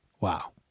Wow